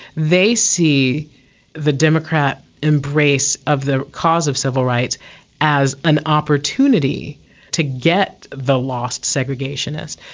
they see the democrat embrace of the cause of civil rights as an opportunity to get the lost segregationists.